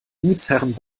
gutsherren